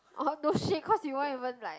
(uh huh) no shit cause you won't even like